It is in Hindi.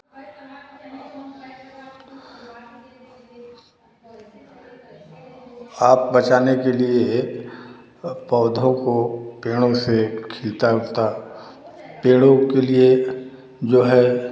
हाथ बचाने के लिए भी पौधों को किरणों से खिलता उलता पेड़ो के लिए जो है